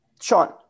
Sean